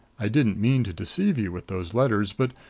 i didn't mean to deceive you with those letters but,